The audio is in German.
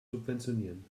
subventionieren